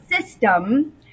system